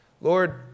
Lord